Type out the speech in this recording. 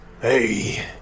Hey